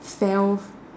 fell